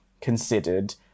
considered